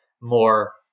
more